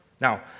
Now